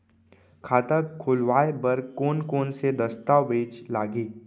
खाता खोलवाय बर कोन कोन से दस्तावेज लागही?